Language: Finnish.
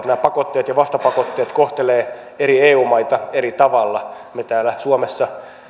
nämä pakotteet ja vastapakotteet kohtelevat eri eu maita eri tavalla me täällä suomessa